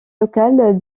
locale